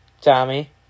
Tommy